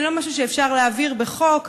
זה לא משהו שאפשר להעביר בחוק,